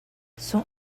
son